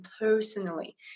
personally